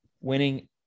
winning